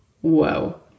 Whoa